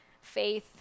faith